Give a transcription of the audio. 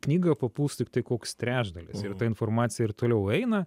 knygą papuls tiktai koks trečdalis ir ta informacija ir toliau eina